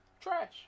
Trash